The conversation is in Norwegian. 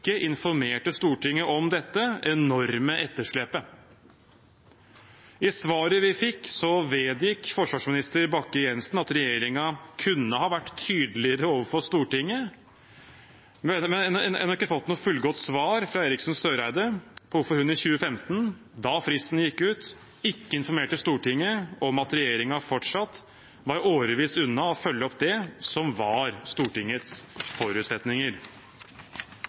ikke informerte Stortinget om dette enorme etterslepet. I svaret vi fikk, vedgikk forsvarsminister Bakke-Jensen at regjeringen kunne ha vært tydeligere overfor Stortinget. Vi har ennå ikke fått et fullgodt svar fra Eriksen Søreide på hvorfor hun i 2015, da fristen gikk ut, ikke informerte Stortinget om at regjeringen fortsatt var årevis unna å følge opp det som var Stortingets forutsetninger.